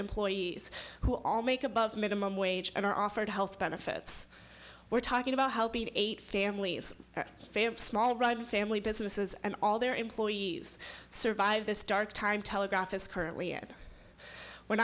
employees who all make above minimum wage and are offered health benefits we're talking about helping eight families small run family businesses and all their employees survive this dark time telegraph is currently it we're